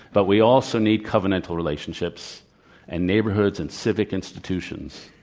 but we also need covenantal relationships and neighborhoods and civic institutions.